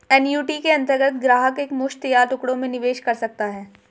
annuity के अंतर्गत ग्राहक एक मुश्त या टुकड़ों में निवेश कर सकता है